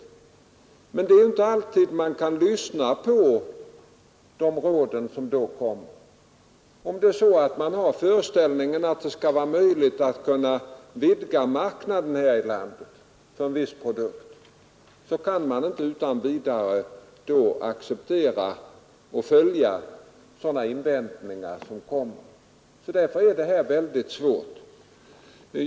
Det är emellertid inte alltid vi kan lyssna på och följa de råd som då kommer. Om man antar att det kan vara möjligt att vidga marknaden här i landet för en viss produkt kan man ändå inte följa dem som gör invändningar mot en nyetablering. Därför är det här ganska svårt.